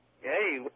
Hey